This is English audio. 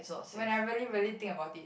when I really really think about it